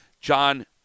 John